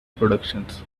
productions